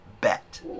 bet